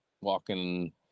walking